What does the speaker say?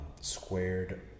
squared